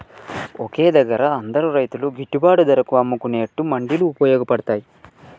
ఒకే దగ్గర అందరు రైతులు గిట్టుబాటు ధరకు అమ్ముకునేట్టు మండీలు వుపయోగ పడ్తాయ్